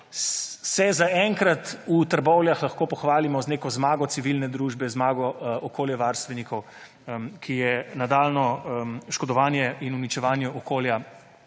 se zaenkrat v Trbovljah lahko pohvalimo z neko zmago civilne družbe, zmago okoljevarstvenikov, ki so nadaljnje škodovanje in uničevanje okolja